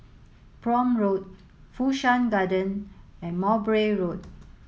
Prome Road Fu Shan Garden and Mowbray Road